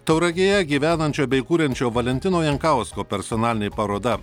tauragėje gyvenančio bei kuriančio valentino jankausko personalinė paroda